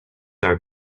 are